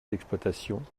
d’exploitation